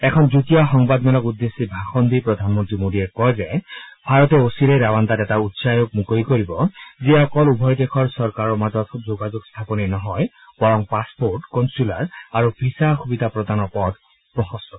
এখন যুটীয়া সংবাদমেলক উদ্দেশ্যি ভাষণ দি প্ৰধানমন্ত্ৰী মোদীয়ে কয় যে ভাৰতে অচিৰেই ৰাৱাণ্ডাত এটা উচ্চায়োগ মুকলি কৰিব যিয়ে অকল উভয় দেশৰ চৰকাৰৰ মাজত যোগাযোগ স্থাপনেই নহয় বৰং পাছপৰ্ট কনচুলাৰ আৰু ভিছা সুবিধা প্ৰদানৰ পথ প্ৰশস্ত কৰিব